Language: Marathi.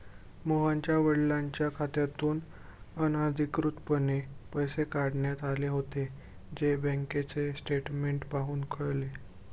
मोहनच्या वडिलांच्या खात्यातून अनधिकृतपणे पैसे काढण्यात आले होते, जे बँकेचे स्टेटमेंट पाहून कळले